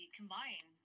combine